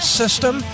system